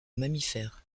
mammifères